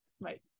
Right